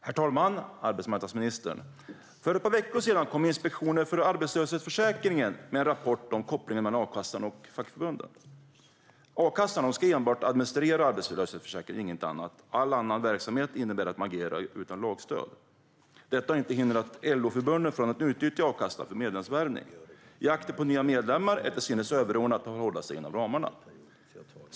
Herr talman och arbetsmarknadsministern! För ett par veckor sedan kom Inspektionen för arbetslöshetsförsäkringen med en rapport om kopplingen mellan a-kassan och fackförbunden. A-kassan ska enbart administrera arbetslöshetsförsäkringen, och inget annat. All annan verksamhet innebär att man agerar utan lagstöd. Detta har inte hindrat LO-förbunden från att utnyttja a-kassan för medlemsvärvning. Jakten på nya medlemmar är till synes överordnad att man håller sig inom ramarna.